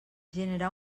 generar